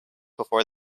before